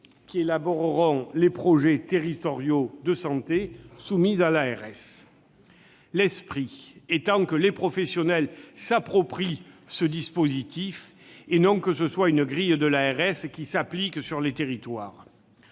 qui élaboreront les projets territoriaux de santé soumis à l'ARS. Il s'agit de faire en sorte que les professionnels s'approprient ce dispositif et d'éviter qu'une grille de l'ARS ne s'applique sur les territoires.